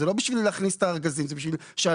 היא לא כדי להכניס את הארגזים אלא היא כדי שאדם